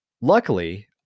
Luckily